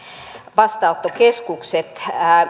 vastaanottokeskukset